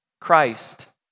Christ